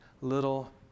little